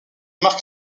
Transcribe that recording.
marque